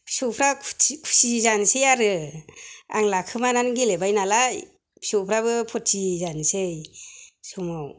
फिसौफ्रा खुसि जानोसै आरो आं लाखोमानानै गेलेबाय नालाय फिसौफ्राबो फुर्टि जानोसै समाव